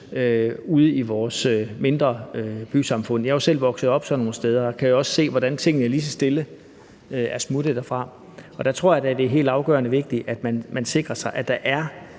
ude i vores mindre bysamfund. Jeg er jo selv vokset op sådan nogle steder og kan også se, hvordan tingene lige så stille er forsvundet derfra. Der tror jeg da, det er helt afgørende vigtigt, at man sikrer sig, at der er